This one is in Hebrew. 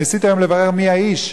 ניסתי היום לברר מי האיש.